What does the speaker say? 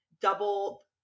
double